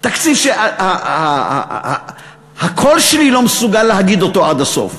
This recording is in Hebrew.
תקציב שהקול שלי לא מסוגל להגיד אותו עד הסוף.